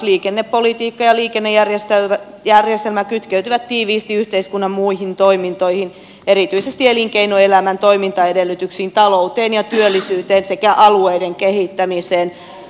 liikennepolitiikka ja liikennejärjestelmä kytkeytyvät tiiviisti yhteiskunnan muihin toimintoihin erityisesti elinkeinoelämän toimintaedellytyksiin talouteen ja työllisyyteen sekä alueiden kehittämiseen